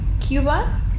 Cuba